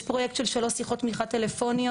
יש פרויקט של שלוש שיחות תמיכה טלפוניות,